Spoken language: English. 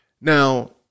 Now